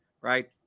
Right